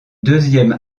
deuxième